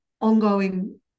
ongoing